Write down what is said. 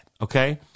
okay